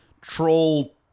troll